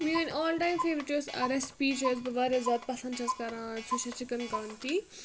میٲنۍ all time favourite یۄس recipe چھِ یۄس بہٕ واریاہ زیادٕ پَسنٛد چھَس کَران سُہ چھِ چِکَن کانتی